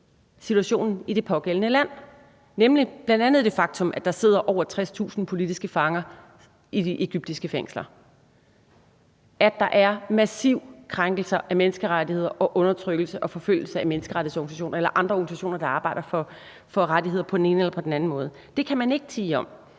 situationen i det pågældende land, nemlig bl.a. det faktum, at der sidder over 60.000 politiske fanger i de egyptiske fængsler, at der er massive krænkelser af menneskerettigheder og undertrykkelse og forfølgelse af menneskerettighedsorganisationer eller andre organisationer, der arbejder for rettigheder på den ene eller på den anden måde. Det kan man ikke tie om.